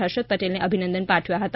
ફર્ષદ પટેલને અભિનંદન પાઠવ્યા હતા